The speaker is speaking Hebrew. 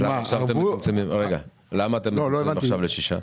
למה אתם מצמצמים עכשיו לשישה?